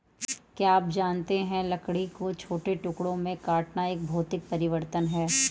क्या आप जानते है लकड़ी को छोटे टुकड़ों में काटना एक भौतिक परिवर्तन है?